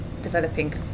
Developing